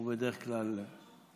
הוא בדרך כלל עומד בזמנים.